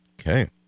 Okay